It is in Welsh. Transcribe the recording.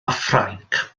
ffrainc